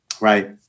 Right